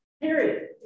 period